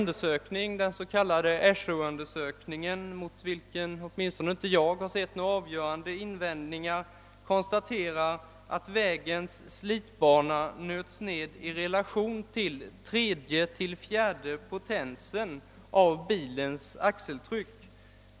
Den s.k. AASHO-undersökningen, mot vilken åtminstone jag inte sett någon avgörande invändning, konstaterar att vägens slitbana nöts ned i relationen tredje till fjärde potensen av bilens axelryck.